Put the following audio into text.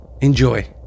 Enjoy